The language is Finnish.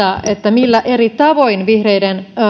millä eri tavoin vihreiden